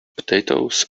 potatoes